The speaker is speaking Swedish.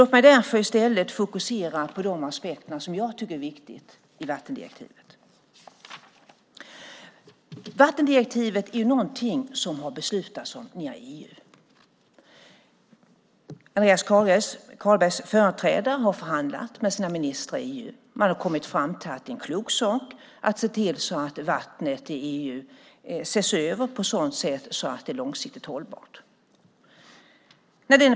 Låt mig därför i stället fokusera på de aspekter som jag tycker är viktiga i vattendirektivet. Vattendirektivet är någonting som man har beslutat om via EU. Andreas Carlbergs företrädare har förhandlat med ministrar i EU. Man har kommit fram till att det är en klok sak att se till att vattnet i EU ses över på ett sådant sätt att det är långsiktigt hållbart.